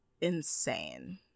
insane